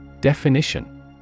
Definition